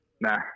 Nah